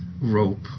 rope